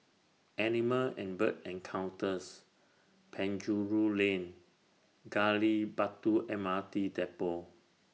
Animal and Bird Encounters Penjuru Lane Gali Batu M R T Depot